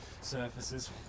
surfaces